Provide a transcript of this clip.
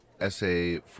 essay